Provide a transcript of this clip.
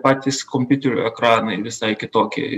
patys kompiuterių ekranai visai kitokie